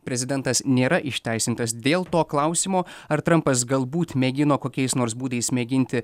prezidentas nėra išteisintas dėl to klausimo ar trampas galbūt mėgino kokiais nors būdais mėginti